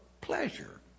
pleasure